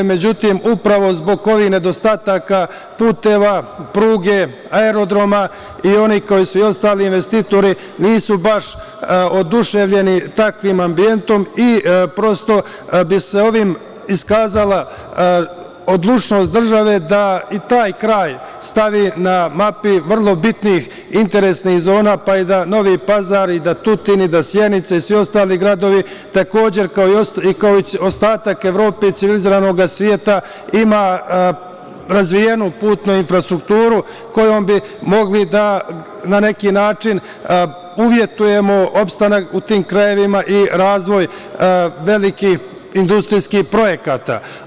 Međutim, upravo zbog ovih nedostataka puteva, pruge, aerodroma i oni, kao i svi ostali investitori, nisu baš oduševljeni takvim ambijentom i prosto bi se ovim iskazala odlučnost države da i taj kraj stavi na mapi vrlo bitnih interesnih zona, kao i da Novi Pazar, Tutin, Sjenica i svi ostali gradovi, takođe, kao i ostatak Evrope i civilizovanog sveta, imaju razvijenu putnu infrastrukturu kojom bi mogli, na neki način, da uvjetujemo opstanak u tim krajevima i razvoj velikih industrijskih projekata.